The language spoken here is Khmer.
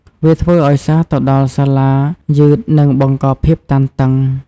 វាធ្វើឱ្យសិស្សទៅដល់សាលាយឺតនិងបង្កភាពតានតឹង។